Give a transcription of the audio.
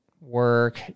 work